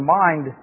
mind